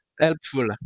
helpful